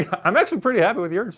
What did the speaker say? yeah i'm actually pretty happy with yours